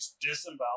disembowel